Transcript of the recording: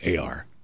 AR